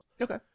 okay